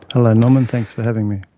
hello norman, thanks for having me.